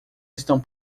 estão